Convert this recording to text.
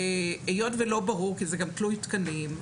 היות ולא ברור כי זה גם תלוי תקנים,